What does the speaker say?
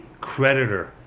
creditor